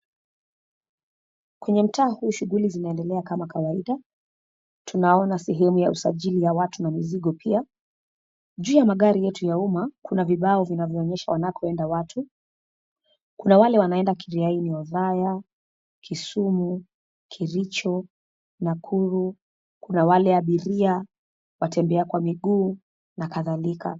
Kwenye mtaa huu shughuli zinaendelea kama kawaida, tunaona sehemu ya usajili ya watu na mizigo pia. Juu ya magari yetu ya umma kuna vibao vinavyoonyesha wanakoenda watu, kuna wale wanaenda kiriaini, ozaya, kisumu, kericho, nakuru, kuna wale abiria watembea kwa miguu na kadhalika.